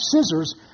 scissors